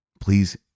please